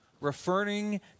referring